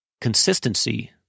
consistency